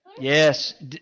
Yes